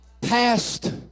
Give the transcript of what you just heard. past